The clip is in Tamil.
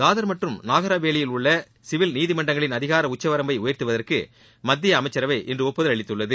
தாத் மற்றும் நாகர் ஹவேலியில் உள்ள சிவில் நீதிமன்றங்களின் அதிகார உச்சவரம்பை உயா்த்துவதற்கு மத்திய அமைச்சரவை இன்று ஒப்புதல் அளித்துள்ளது